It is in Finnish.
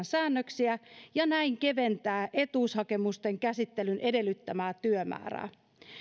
säännöksiä ja näin keventää etuushakemusten käsittelyn edellyttämää työmäärää